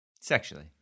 Sexually